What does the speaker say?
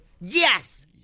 yes